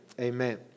Amen